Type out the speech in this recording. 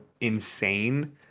insane